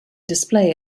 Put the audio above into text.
display